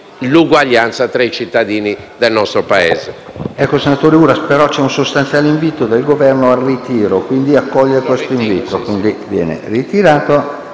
l'uguaglianza tra i cittadini del nostro Paese.